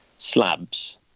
Slabs